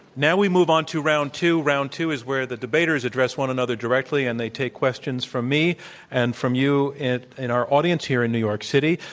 now we move on to round two. round two is where the debaters address one another directly, and they take questions from me and from you in in our audience here in new york city.